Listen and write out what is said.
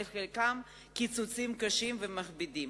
וחלקן קיצוצים קשים ומכבידים.